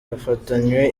bafatanywe